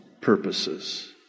purposes